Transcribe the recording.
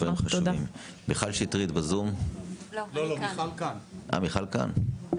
מיכל שטרית, בבקשה.